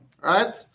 Right